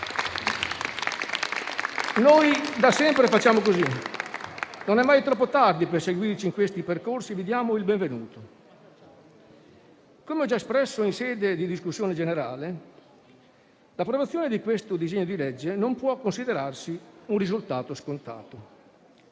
Noi da sempre facciamo così; non è mai troppo tardi per seguirci in questi percorsi e vi diamo il benvenuto. Come ho già espresso in sede di discussione generale, l'approvazione di questo disegno di legge non può considerarsi un risultato scontato,